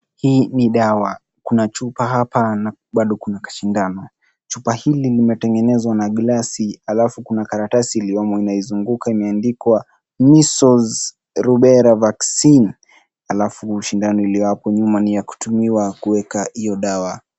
Hii ni dawa. Kuna chupa hapa na bado kuna kasindano. Chupa hili limetengenezwa na glasi, alafu kuna karatasi iliyomo inaizunguka imeandikwa measles rubela vaccine , alafu sindano iliyopo hapo nyuma ni ya kutumiwa kuweka hiyo dawa.